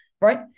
Right